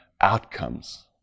outcomes